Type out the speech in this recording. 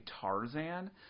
Tarzan